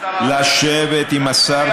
לשבת עם השר,